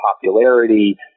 popularity